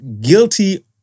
Guilty